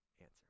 answer